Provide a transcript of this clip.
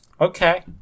Okay